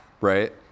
Right